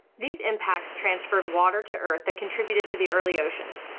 these impacts transferred water to earth that contributed to the early oceans,